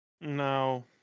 No